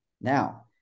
Now